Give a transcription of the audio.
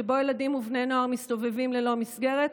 שבו ילדים ובני נוער מסתובבים ללא מסגרת,